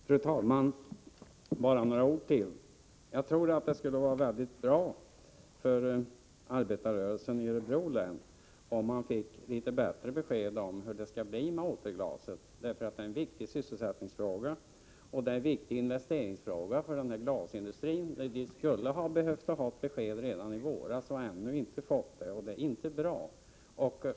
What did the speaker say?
Fru talman! Bara några ord till. Jag tror att det skulle vara mycket bra för arbetarrörelsen i Örebro län om man fick litet bättre besked om hur det skall bli med återglaset, för det är en viktig sysselsättningsfråga och en viktig investeringsfråga för glasindustrin. Vi skulle ha behövt ett besked redan i våras men har ännu inte fått det. Det är inte bra.